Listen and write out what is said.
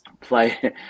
play